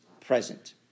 present